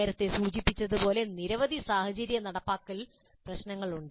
നേരത്തെ സൂചിപ്പിച്ചതുപോലെ നിരവധി സാഹചര്യ നടപ്പാക്കൽ പ്രശ്നങ്ങൾ ഉണ്ട്